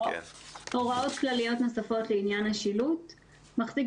הוראות כלליות נוספות לעניין השילוט 11. מחזיק